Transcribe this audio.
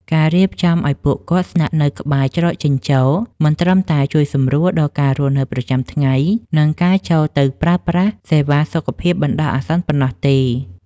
ការរៀបចំឱ្យពួកគាត់ស្នាក់នៅក្បែរច្រកចេញចូល មិនត្រឹមតែជួយសម្រួលដល់ការរស់នៅប្រចាំថ្ងៃ និងការចូលទៅប្រើប្រាស់សេវាសុខភាពបណ្ដោះអាសន្នប៉ុណ្ណោះទេ។